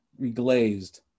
reglazed